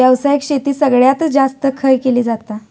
व्यावसायिक शेती सगळ्यात जास्त खय केली जाता?